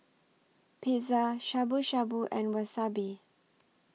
Pizza Shabu Shabu and Wasabi